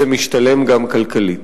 זה משתלם גם כלכלית.